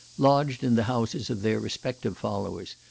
lodged in the houses of their respective followers,